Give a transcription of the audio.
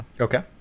Okay